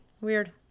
Weird